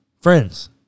friends